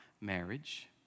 marriage